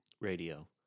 radio